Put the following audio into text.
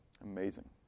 Amazing